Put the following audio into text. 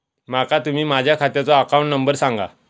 माका तुम्ही माझ्या खात्याचो अकाउंट नंबर सांगा?